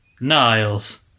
Niles